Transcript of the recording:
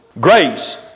grace